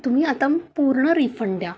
तुम्ही आता पूर्ण रिफंड द्या